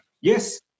Yes